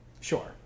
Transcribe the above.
Sure